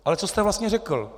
Ale co jste vlastně řekl?